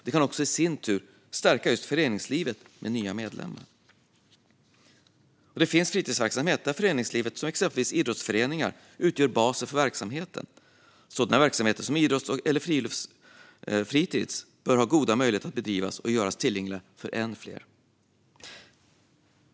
Det kan också i sin tur stärka föreningslivet med nya medlemmar. Det finns fritidshemsverksamhet där föreningslivet, exempelvis idrottsföreningar, utgör basen för verksamheten. Sådana verksamheter, som idrotts eller friluftsfritis, bör ha goda möjligheter att bedrivas och göras tillgängliga för ännu fler.